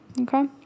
Okay